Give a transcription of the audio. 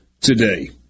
today